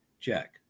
Jack